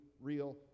real